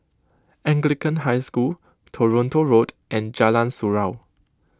Anglican High School Toronto Road and Jalan Surau